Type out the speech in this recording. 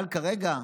אבל כרגע,